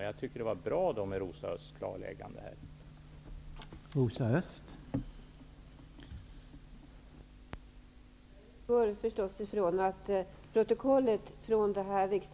Jag tycker därför att Rosa Ösths klarläggande var bra.